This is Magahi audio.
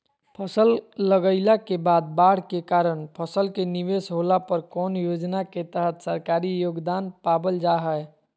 फसल लगाईला के बाद बाढ़ के कारण फसल के निवेस होला पर कौन योजना के तहत सरकारी योगदान पाबल जा हय?